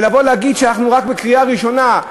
ולבוא להגיד שאנחנו רק בקריאה הראשונה,